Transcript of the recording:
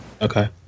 Okay